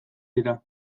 dira